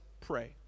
pray